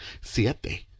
Siete